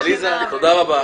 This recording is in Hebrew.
טוב, עליזה, תודה רבה.